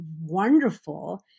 Wonderful